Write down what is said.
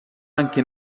anche